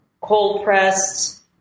cold-pressed